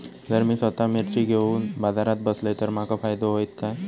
जर मी स्वतः मिर्ची घेवून बाजारात बसलय तर माका फायदो होयत काय?